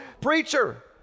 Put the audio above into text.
preacher